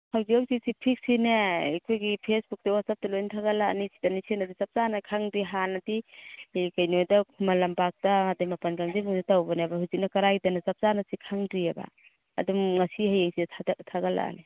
ꯍꯧꯖꯤꯛ ꯍꯧꯖꯤꯛꯁꯤ ꯐꯤꯁꯁꯤꯅꯦ ꯑꯩꯈꯣꯏꯒꯤ ꯐꯦꯁꯕꯨꯛꯇ ꯋꯥꯆꯞꯇ ꯂꯣꯏ ꯊꯥꯒꯠꯑꯅꯤ ꯁꯤꯗꯅꯤ ꯁꯤꯅꯁꯨ ꯆꯞ ꯆꯥꯅ ꯈꯪꯗꯦ ꯍꯥꯟꯅꯗꯤ ꯀꯩꯅꯣꯗ ꯈꯨꯃꯟ ꯂꯝꯄꯥꯛꯇ ꯑꯗꯩ ꯃꯄꯥꯟ ꯀꯥꯡꯖꯩꯕꯨꯡꯗ ꯇꯧꯕꯅꯦꯕ ꯍꯧꯖꯤꯛꯅ ꯀꯗꯥꯏꯗꯅꯣ ꯆꯞ ꯆꯥꯅꯗꯤ ꯈꯪꯗ꯭ꯔꯤꯌꯦꯕ ꯑꯗꯨꯝ ꯉꯁꯤ ꯍꯌꯦꯡꯁꯤꯗ ꯊꯥꯒꯠꯂꯛꯑꯅꯤ